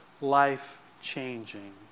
life-changing